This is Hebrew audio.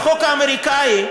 בחוק האמריקני,